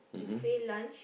buffet lunch